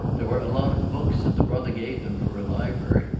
there were a lot of books, and the brother gave them for a library,